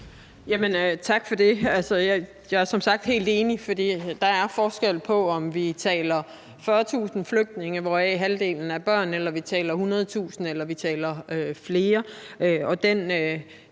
Tak for det. Jeg er som sagt helt enig. For der er forskel på, om vi taler 40.000 flygtninge, hvoraf halvdelen er børn, eller vi taler 100.000 eller vi taler flere,